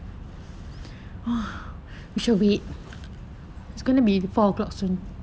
it's gonna be forgotten